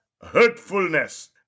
hurtfulness